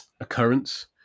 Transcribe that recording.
occurrence